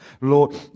Lord